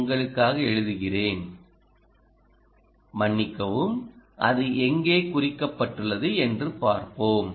உங்களுக்காக எழுதுகிறேன் மன்னிக்கவும் அது எங்கே குறிக்கப்பட்டுள்ளது என்று பார்ப்போம்